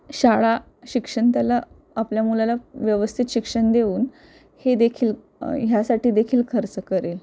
शाळा शिक्षण त्याला आपल्या मुलाला व्यवस्थित शिक्षण देऊन हे देखील ह्यासाठीदेखील खर्च करेल